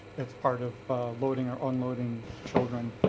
it's part of loading or unloading children.